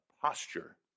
posture